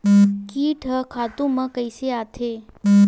कीट ह खातु म कइसे आथे?